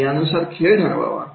आणि यानुसार खेळ ठरवा